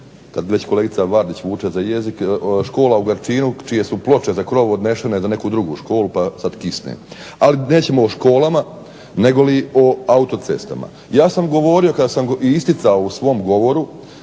kad već kolegica Vardić vuče za jezik, škola u Garčinu čije su ploče za krov odnesene za neku drugu školu pa sad kisne. Ali, nećemo o školama negoli o autocestama. Ja sam govorio i isticao u svom govoru